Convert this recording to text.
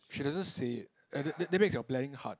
she doesn't say it and that that makes your planning hard